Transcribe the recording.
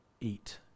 eat